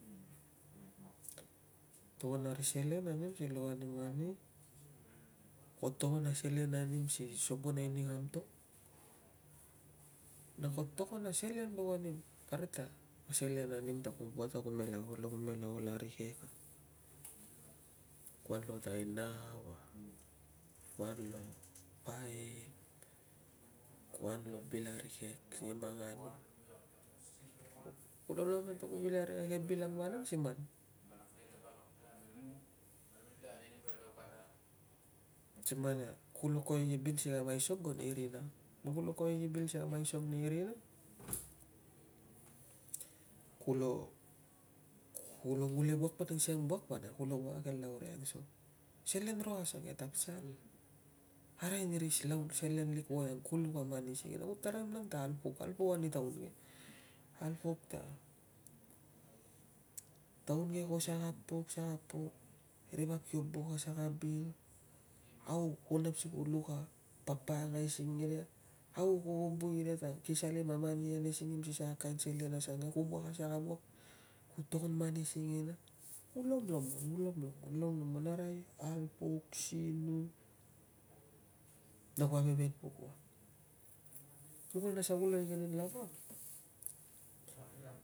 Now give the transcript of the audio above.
Ko toogon a ri selen anim si luk ani mani. Ko togoon a selen anim si sabonai ni kam to. Na ko togon a selen vunga nim, parik ta selen anim ta ku buat na kume la ol arigek. Kuan lo tainau na kuan lo paaiap kuan lo bil arigek sa manganu. Ku lomon ta kuo bil arikek vanang si man si man a kulo kovek i bil aisog ko nei rina. Man kulo kovek i bil si kam aisog nei rina. Kulo gule wuak sin wuak vanang kulo wuak a ke lau rikek using. Selen ro asangke ta pasal arai ni ri selen lik voiang ku luk a mani singina. Ku taraim nang ta ku alpok. Alpok a taun ke, alpok ta, taun ke ko saka pok saka pok ri vap ki buk a saka bil saka bil au kuo napp si ku luk a pakangai singiria. au ku vubui nia ta ki salim a mani anesinngim si saka kain mani singina ku lomlomon ku lomlomon. Arai alpuk sinung na ku aiveven puk ua. Man kulo nas ta kuo igenen lava.